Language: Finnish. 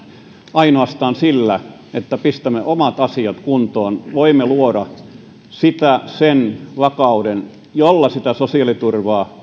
ainoastaan sillä että pistämme omat asiat kuntoon voimme luoda sen vakauden jolla sitä sosiaaliturvaa